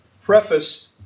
preface